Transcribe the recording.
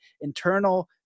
internal